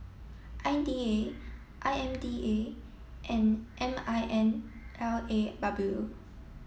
I D A I M D A and M I N L A W